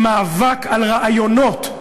למאבק על רעיונות.